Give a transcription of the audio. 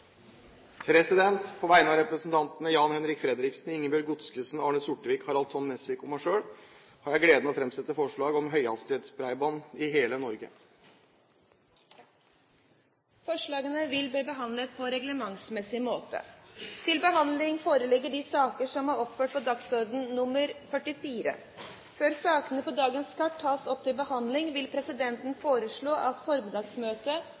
På vegne av representantene Jan-Henrik Fredriksen, Ingebjørg Godskesen, Arne Sortevik, Harald T. Nesvik og meg selv har jeg gleden av å framsette et forslag om høyhastighetsbredbånd i hele Norge. Forslagene vil bli behandlet på reglementsmessig måte. Før sakene på dagens kart tas opp til behandling, vil presidenten foreslå at formiddagsmøtet om nødvendig fortsetter utover den reglementsmessige tid, kl. 16, til dagens kart